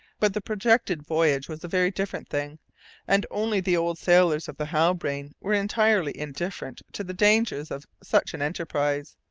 but the projected voyage was a very different thing and only the old sailors of the halbrane were entirely indifferent to the dangers of such an enterprise,